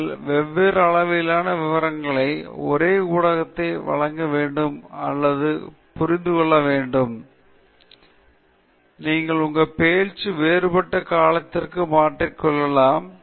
நீங்கள் வெவ்வேறு அளவிலான விவரங்களை ஒரே உள்ளடக்கத்தை வழங்க முடியும் என்பதை நீங்கள் புரிந்து கொள்ள வேண்டும் எனவே உங்கள் பேச்சு வேறுபட்ட காலத்திற்கு மாற்றிக்கொள்ளலாம்